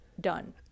Done